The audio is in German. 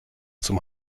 zum